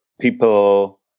people